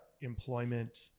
employment